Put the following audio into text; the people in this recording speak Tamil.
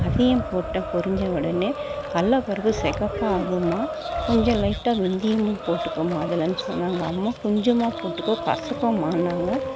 அதையும் போட்ட பொரிஞ்ச உடனே கடல பருப்பு சிகப்பாகும்மா கொஞ்சம் லைட்டா வெந்தயமும் போட்டுக்கம்மா அதிலன்னு சொன்னாங்க அம்மா கொஞ்சமாக போட்டுக்கோ கசக்குமான்னாங்க